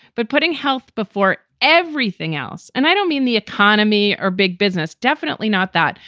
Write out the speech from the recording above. but putting health before everything else. and i don't mean the economy or big business, definitely not that.